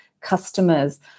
customers